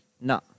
No